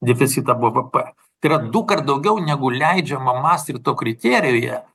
deficitą bvp tai yra dukart daugiau negu leidžiama mastrichto kriterijuje